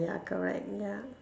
ya correct ya